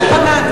מה אתה מתעצבן?